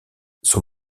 son